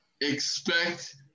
expect